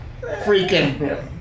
freaking